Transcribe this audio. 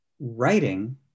writing